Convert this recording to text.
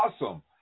awesome